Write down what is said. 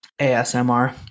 ASMR